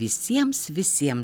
visiems visiems